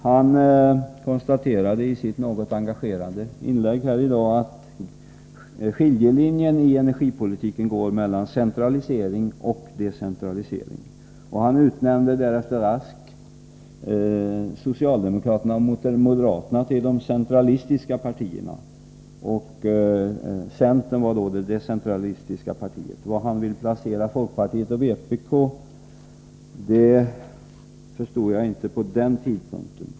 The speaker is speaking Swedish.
Han konstaterade i sitt något engagerade inlägg här i dag att skiljelinjen i energipolitiken går mellan centralisering och decentralisering. Han utnämnde därefter raskt socialdemokraterna och moderaterna till de centralistiska partierna. Centern var då det decentralistiska partiet. Var han vill placera folkpartiet och vpk förstod jag inte då.